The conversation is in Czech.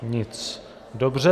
Nic. Dobře.